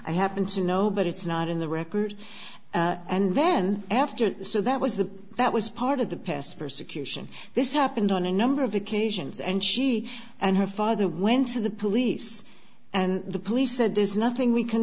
i happen to know but it's not in the record and then after so that was the that was part of the past persecution this happened on a number of occasions and she and her father went to the police and the police said there's nothing we can